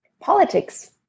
politics